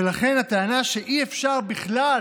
ולכן הטענה שאי-אפשר בכלל